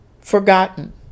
forgotten